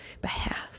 behalf